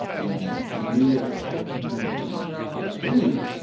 and they knew that i was from san quentin, they're like, dude,